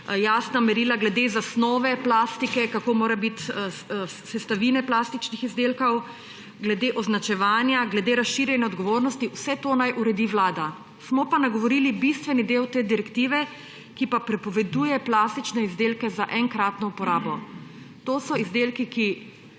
jasna merila glede zasnove plastike, kakšne morajo biti sestavine plastičnih izdelkov, glede označevanja, glede razširjene odgovornosti, vse to naj uredi Vlada. Smo pa nagovorili bistveni del te direktive, ki pa prepoveduje plastične izdelke za enkratno uporabo. To so izdelki, ki